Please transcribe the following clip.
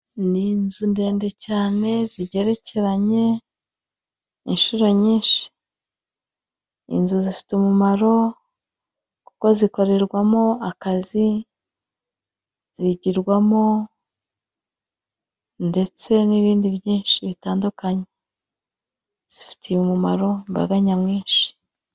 Ni inzu ndende cyane zigerekeranye inshuro nyinshi, inzu zifite umumaro kuko zikorerwamo akazi, zigirwamo ndetse n'ibindi byinshi bitandukanye, zifitiye umumaro imbaga nyamwinshi.